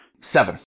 Seven